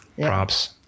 props